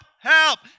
help